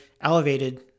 elevated